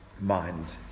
mind